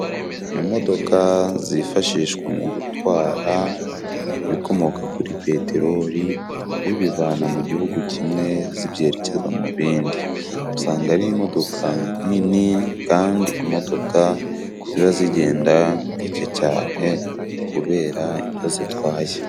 Imodoka zifashishwa mu gutwara ibikomoka kuri peterori, zibivana mu gihugu kimwe zibyerekeza mu bindi. Usanga ari imodoka nini kandi imodoka ziba zigenda gake cyane, kubera ibyo zitwaye.